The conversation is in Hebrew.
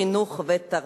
חינוך ותרבות."